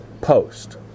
post